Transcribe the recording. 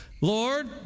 Lord